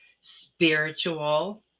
spiritual